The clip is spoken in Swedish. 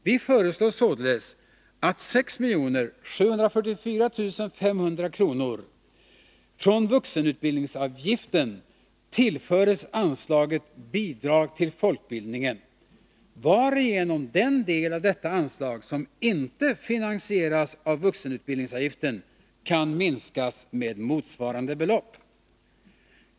Vi föreslår således att 6 744 500 kr. från vuxenutbildningsavgiften tillförs anslaget Bidrag till folkbildningen, varigenom den del av detta anslag som inte finansieras av vuxenutbildningsavgiften kan minskas med motsvarande belopp.